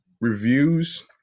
reviews